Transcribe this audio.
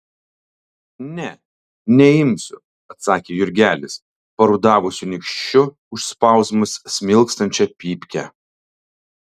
ne neimsiu atsakė jurgelis parudavusiu nykščiu užspausdamas smilkstančią pypkę